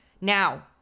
Now